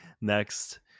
next